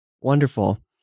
Wonderful